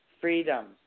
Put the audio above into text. freedom